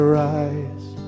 rise